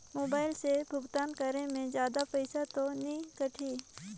Mobile से भुगतान करे मे जादा पईसा तो नि कटही?